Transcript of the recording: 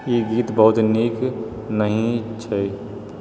ई गीत बहुत नीक नहि छैक